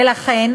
ולכן,